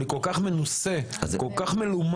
אני כל כך מנוסה, כל כך מלומד.